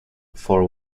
for